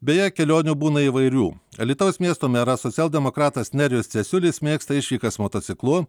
beje kelionių būna įvairių alytaus miesto meras socialdemokratas nerijus cesiulis mėgsta išvykas motociklu